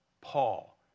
Paul